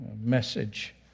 message